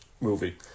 movie